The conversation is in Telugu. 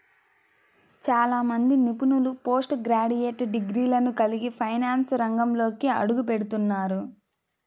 చాలా మంది నిపుణులు పోస్ట్ గ్రాడ్యుయేట్ డిగ్రీలను కలిగి ఫైనాన్స్ రంగంలోకి అడుగుపెడుతున్నారు